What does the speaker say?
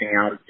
out